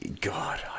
God